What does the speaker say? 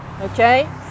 okay